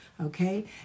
okay